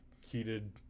heated